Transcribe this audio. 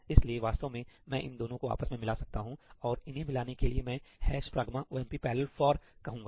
इसलिए वास्तव में मैं इन दोनों को आपस में मिला सकता हूं और इन्हें मिलाने के लिए मैं ' pragma omp parallel for' कहूंगा